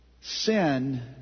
Sin